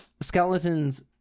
skeletons